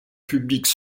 publiques